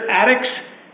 addicts